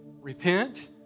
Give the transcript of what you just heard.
Repent